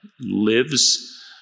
lives